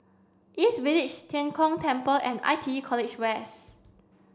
East Village Tian Kong Temple and I T E College West